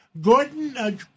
Gordon